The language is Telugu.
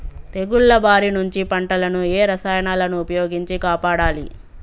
తెగుళ్ల బారి నుంచి పంటలను ఏ రసాయనాలను ఉపయోగించి కాపాడాలి?